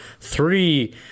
three